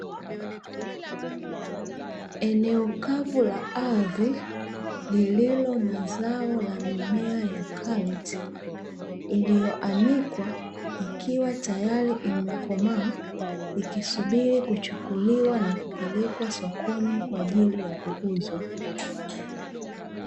Eneo kavu la ardhi lililo na zao la mimea ya karoti iliyoanikwa ikiwa tayari imekomaa ikisubiri kuchukuliwa na kupelekwa sokoni kwa ajili ya kuuzwa .